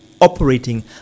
operating